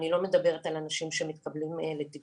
אני לא מדברת על אנשים שמתקבלים לטיפול.